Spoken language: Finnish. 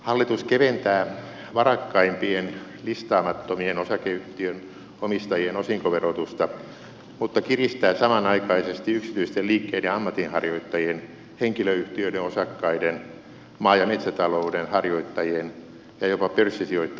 hallitus keventää varakkaimpien listaamattomien osakeyhtiöiden omistajien osinkoverotusta mutta kiristää samanaikaisesti yksityisten liikkeen ja ammatinharjoittajien henkilöyhtiöiden osakkaiden maa ja metsätalouden harjoittajien ja jopa pörssisijoittajien verotusta